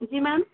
जी ma'am